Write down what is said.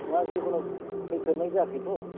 नङा जिखुनु फैफेरनाय जायाखैथ'